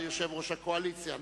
יושב-ראש הקואליציה.